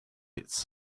its